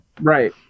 Right